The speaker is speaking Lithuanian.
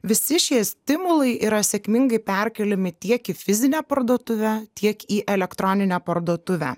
visi šie stimulai yra sėkmingai perkeliami tiek į fizinę parduotuvę tiek į elektroninę parduotuvę